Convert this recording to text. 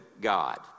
God